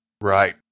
Right